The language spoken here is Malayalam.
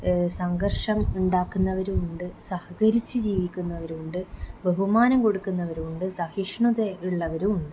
സംഘര്ഷം ഉണ്ടാക്കുന്നവരും ഉണ്ട് സഹകരിച്ച് ജീവിക്കുന്നവരും ഉണ്ട് ബഹുമാനം കൊടുക്കുന്നവരും ഉണ്ട് സഹിഷ്ണതയിള്ളവരും ഉണ്ട്